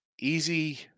Easy